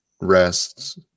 rests